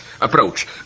approach